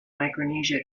micronesia